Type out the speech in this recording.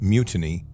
Mutiny